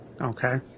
Okay